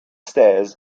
stairs